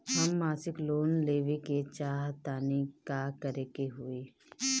हम मासिक लोन लेवे के चाह तानि का करे के होई?